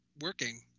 working